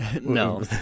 No